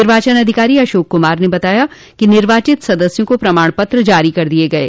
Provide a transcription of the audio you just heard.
निर्वाचन अधिकारी अशोक कुमार ने बताया कि निर्वाचित सदस्यों को प्रमाण पत्र जारी कर दिये गये